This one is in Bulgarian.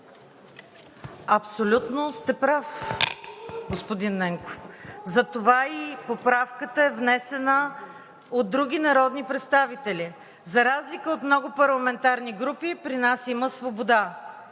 Абсолютно сте прав, господин Ненков. Затова и поправката е внесена от други народни представители. За разлика от много парламентарни групи, при нас има свобода